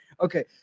Okay